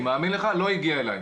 לא הגיע אליי,